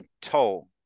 Toll